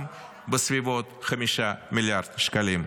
גם בסביבות 5 מיליארד שקלים.